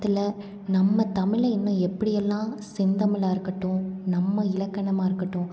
அதில் நம்ம தமிழை இன்னும் எப்படியெல்லாம் செந்தமிழாக இருக்கட்டும் நம்ம இலக்கணமாக இருக்கட்டும்